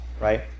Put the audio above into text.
right